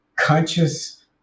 Conscious